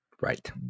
right